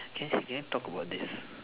can can we talk about this